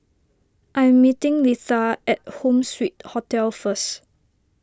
I am meeting Litha at Home Suite Hotel first